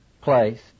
place